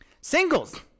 singles